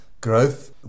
growth